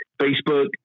Facebook